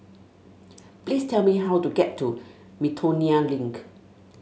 please tell me how to get to Miltonia Link